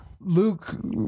luke